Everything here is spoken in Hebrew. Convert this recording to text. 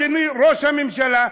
אדוני ראש הממשלה,